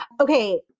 Okay